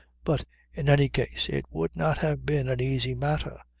but in any case it would not have been an easy matter.